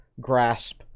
grasp